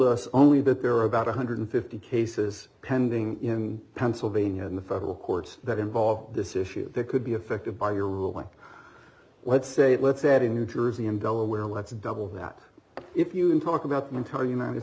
us only that there are about one hundred and fifty cases pending in pennsylvania in the federal courts that involve this issue that could be affected by your rule when let's say it let's said in new jersey in delaware let's double that if you can talk about the entire united